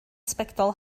sbectol